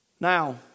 Now